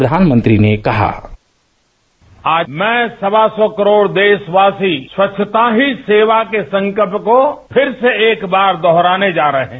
प्रधानमंत्री ने कहा आज मैं सवा सौ करोड़ देशवासी श्स्वच्छता ही सेवाश के संकल्प को फिर से एक बार दोहराने जा रहे हैं